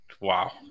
Wow